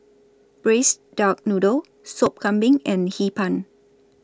Braised Duck Noodle Sop Kambing and Hee Pan